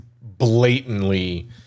blatantly